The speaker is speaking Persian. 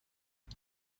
متر